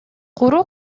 куру